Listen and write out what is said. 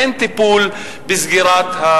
אין טיפול בפערים.